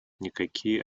никакие